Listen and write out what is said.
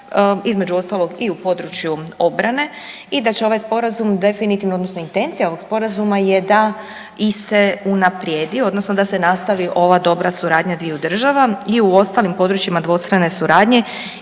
između ostalog i u području obrane i da će ovaj sporazum definitivno, odnosno intencija ovog sporazuma je da iste unaprijedi, odnosno da se nastavi ova dobra suradnja dviju država i u ostalim područjima dvostrane suradnje